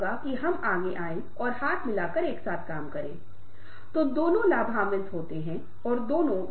महत्वपूर्ण अवलोकन फिर से गहन सोच सहानुभूति की प्रक्रिया और कई अन्य विभिन्न संचार कौशल से जुड़ा हुआ है जो हमने सीखा है